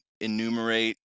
enumerate